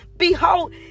Behold